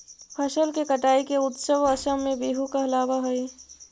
फसल के कटाई के उत्सव असम में बीहू कहलावऽ हइ